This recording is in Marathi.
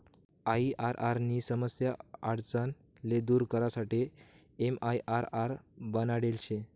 आईआरआर नी समस्या आडचण ले दूर करासाठे एमआईआरआर बनाडेल शे